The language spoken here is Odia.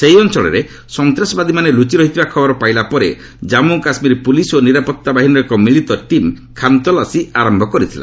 ସେହି ଅଞ୍ଚଳରେ ସନ୍ତାସବାଦୀମାନେ ଲୁଚି ରହିଥିବା ଖବର ପାଇଲା ପରେ ଜାନ୍ମୁ କାଶ୍କୀର ପୁଲିସ୍ ଓ ନିରାପତ୍ତା ବାହିନୀର ଏକ ମିଳିତ ଟିମ୍ ଖାନ୍ତଲାସୀ ଆରମ୍ଭ କରିଥିଲା